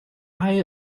isle